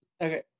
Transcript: Okay